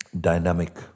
dynamic